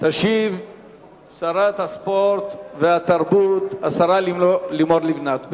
תשיב שרת הספורט והתרבות, השרה לימור לבנת.